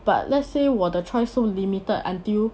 but let's say 我的 the choice so limited until